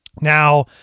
Now